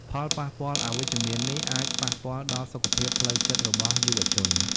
ផលប៉ះពាល់អវិជ្ជមាននេះអាចប៉ះពាល់ដល់សុខភាពផ្លូវចិត្តរបស់យុវជន។